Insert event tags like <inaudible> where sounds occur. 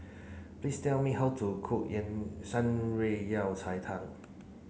please tell me how to cook <unintelligible> Shan Rui Yao Cai Tang